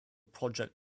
project